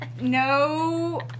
no